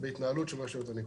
בהתנהלות רשויות הניקוז.